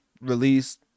released